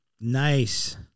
Nice